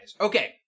Okay